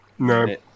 No